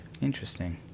interesting